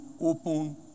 open